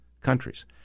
countries